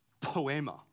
poema